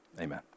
amen